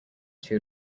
two